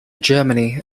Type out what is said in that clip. germany